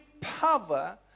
power